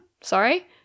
sorry